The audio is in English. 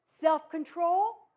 self-control